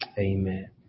Amen